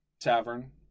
tavern